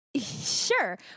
Sure